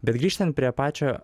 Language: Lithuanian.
bet grįžtant prie pačio